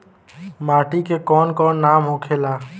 माटी के कौन कौन नाम होखे ला?